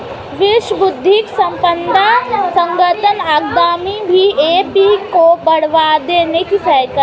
विश्व बौद्धिक संपदा संगठन अकादमी भी आई.पी को बढ़ावा देने में सहायक है